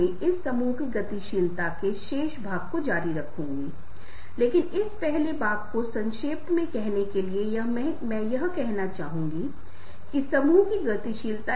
पहले उसे कुछ संचार क्षमताओं व्यवहार कौशल का विकास करना चाहिए और उसे समझना चाहिए कि दूसरों को क्या प्रेरित करेगा व्यक्ति क्या चाहता है और लक्ष्य को ध्यान में रखते हुए वह किसी प्रकार के संबंध दूसरों के साथ किसी प्रकार का संबंध विकसित करने की कोशिश कर रहा है